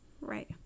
Right